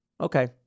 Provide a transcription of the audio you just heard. Okay